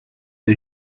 the